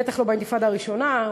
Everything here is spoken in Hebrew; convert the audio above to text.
בטח לא באינתיפאדה הראשונה,